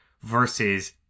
versus